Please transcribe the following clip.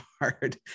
hard